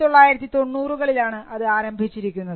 1990 കളിലാണ് അത് ആരംഭിച്ചിരിക്കുന്നത്